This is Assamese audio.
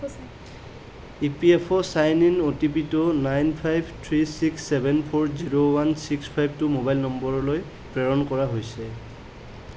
ইপিএফঅ' ছাইন ইন অ'টিপিটো nine five three six seven four zero one six five two mobile নম্বৰলৈ প্ৰেৰণ কৰা হৈছে